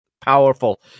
powerful